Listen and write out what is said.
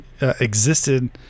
existed